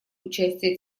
участие